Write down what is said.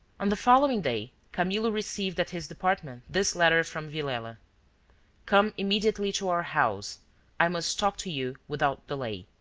on the following day camillo received at his department this letter from villela come immediately to our house i must talk to you without delay.